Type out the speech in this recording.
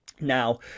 Now